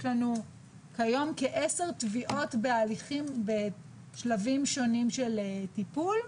יש לנו כיום כעשר תביעות בהליכים בשלבים שונים של טיפול.